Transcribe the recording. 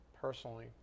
personally